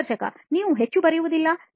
ಸಂದರ್ಶಕ ನೀವು ಹೆಚ್ಚು ಬರೆಯುವುದಿಲ್ಲ